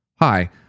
Hi